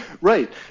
Right